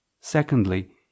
secondly